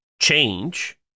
change